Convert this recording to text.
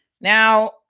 Now